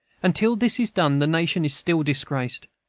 until this is done the nation is still disgraced.